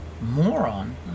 moron